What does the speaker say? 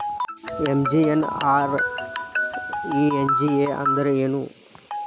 MGNREGA ಅಂದ್ರೆ ಏನು?